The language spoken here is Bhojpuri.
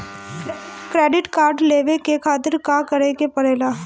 क्रेडिट कार्ड लेवे के खातिर का करेके पड़ेला?